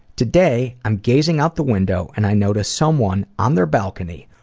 today, i'm gazing out the window and i notice someone on their balcony,